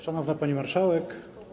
Szanowna Pani Marszałek!